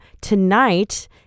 Tonight